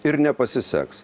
ir nepasiseks